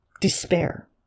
despair